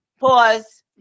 Pause